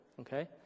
okay